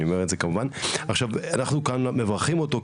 אנחנו פה מברכים אותו,